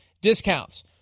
discounts